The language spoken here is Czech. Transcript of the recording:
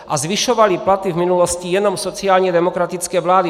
A zvyšovaly platy v minulosti jenom sociálně demokratické vlády.